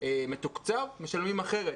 מתוקצב משלמים אחרת?